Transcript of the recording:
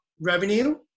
revenue